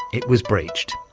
it was breeched.